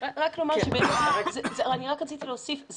אני רק רציתי להוסיף,